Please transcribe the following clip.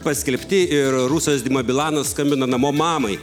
paskelbti ir rusas dima bilanas skambina namo mamai